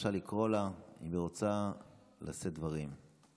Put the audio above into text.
אפשר לקרוא לה אם היא רוצה לשאת דברים.